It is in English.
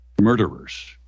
murderers